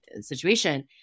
situation